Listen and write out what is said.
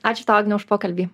ačiū tau už pokalbį